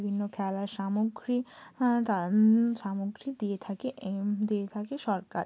বিভিন্ন খেলার সামগ্রী দান সামগ্রী দিয়ে থাকে দিয়ে থাকে সরকার